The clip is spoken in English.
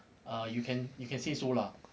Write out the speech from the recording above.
err you can you can say so lah